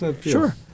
Sure